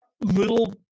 little